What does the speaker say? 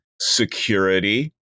security